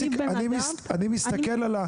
אני מסתכל על זה.